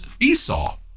esau